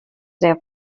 their